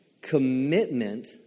Commitment